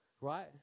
right